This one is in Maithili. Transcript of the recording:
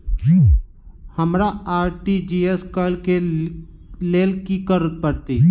हमरा आर.टी.जी.एस करऽ केँ लेल की करऽ पड़तै?